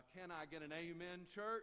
can-I-get-an-amen-church